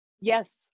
yes